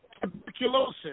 tuberculosis